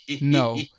no